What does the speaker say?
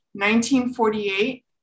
1948